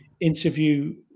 interview